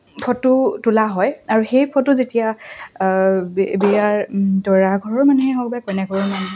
photo তোলা হয় আৰু সেই ফটো যেতিয়া বিয়াৰ দৰা ঘৰৰ মানুহে হওক বা কইনা ঘৰৰ মানুহ